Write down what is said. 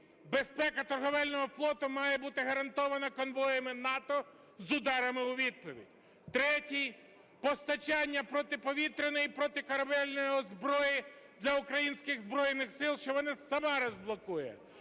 Безпека торгівельного флоту має бути гарантована конвоями НАТО з ударами у відповідь. Третій. Постачання протиповітряної, протикорабельної зброї для українських Збройних Сил, що вона сама розблокує.